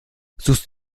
suchst